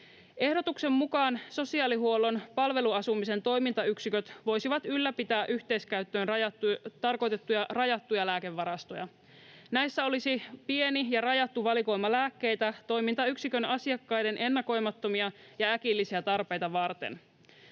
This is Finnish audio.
Ehdotuksen mukaan sosiaalihuollon palveluasumisen toimintayksiköt voisivat ylläpitää yhteiskäyttöön tarkoitettuja rajattuja lääkevarastoja. Näissä olisi pieni ja rajattu valikoima lääkkeitä toimintayksiköiden asiakkaiden ennakoimattomia ja äkillisiä tarpeita varten.